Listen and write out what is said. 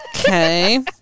Okay